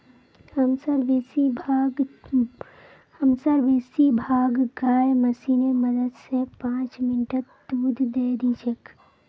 हमसार बेसी भाग गाय मशीनेर मदद स पांच मिनटत दूध दे दी छेक